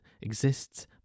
exists